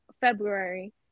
February